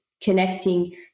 connecting